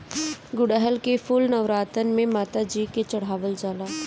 गुड़हल के फूल नवरातन में माता जी के चढ़ावल जाला